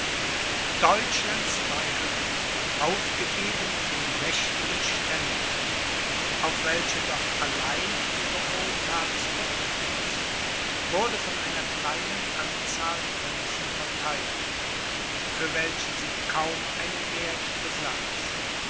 deutschlands freiheit aufgegeben von den mächtigen ständen auf welche doch allein ihre wohlthat zurück floß wurde von einer kleinen anzahl prinzen vertheidigt für welche sie kaum einen werth besaß